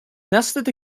nested